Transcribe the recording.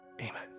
Amen